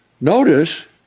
Notice